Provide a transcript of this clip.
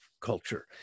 culture